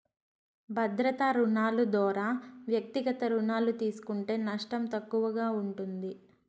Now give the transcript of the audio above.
భద్రతా రుణాలు దోరా వ్యక్తిగత రుణాలు తీస్కుంటే నష్టం తక్కువగా ఉంటుంది